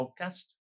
Podcast